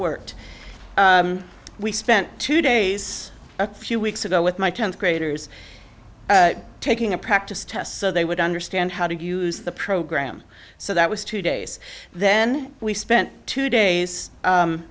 worked we spent two days a few weeks ago with my tenth graders taking a practice test so they would understand how to use the program so that was two days then we spent two days